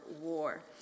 war